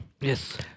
yes